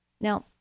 Now